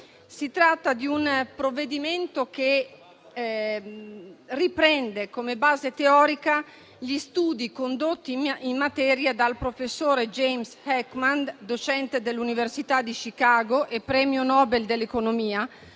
Si tratta di un provvedimento che riprende come base teorica gli studi condotti in materia dal professor James Heckman, docente dell'Università di Chicago e premio Nobel dell'economia.